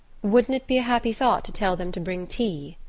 wouldn't it be a happy thought to tell them to bring tea?